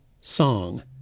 song